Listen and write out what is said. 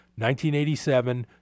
1987